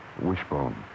Wishbone